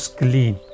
clean